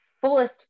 fullest